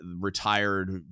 retired